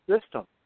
system